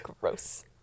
Gross